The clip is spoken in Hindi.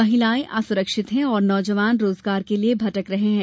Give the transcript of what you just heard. महिलायें असुरक्षित हैं और नोजवान रोजगार के लिये भटक रहे हैं